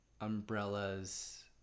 umbrellas